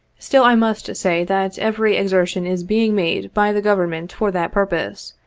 still i must say that every exertion is being made by the government for that purpose,